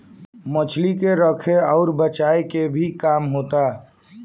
मछली के रखे अउर बचाए के काम भी होता